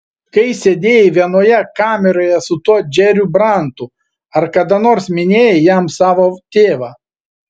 kai sėdėjai vienoje kameroje su tuo džeriu brantu ar kada nors minėjai jam savo tėvą